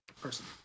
person